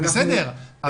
בסדר,